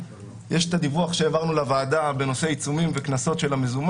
או שלא.